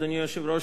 אדוני היושב-ראש,